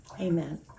amen